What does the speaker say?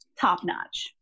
top-notch